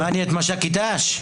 הצבעה לא אושרו.